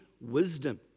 wisdom